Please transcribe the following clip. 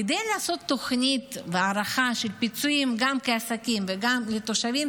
כדי לעשות תוכנית וההערכה של פיצויים גם כעסקים וגם לתושבים,